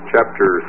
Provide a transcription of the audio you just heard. chapter